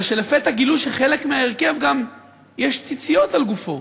אלא שלפתע גילו שלחלק מההרכב גם יש ציציות על גופם,